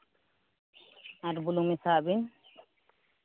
ᱟᱨ ᱵᱩᱞᱩᱝ ᱢᱮᱥᱟᱣᱟᱜ ᱵᱤᱱ